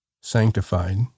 Sanctified